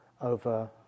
over